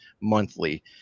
monthly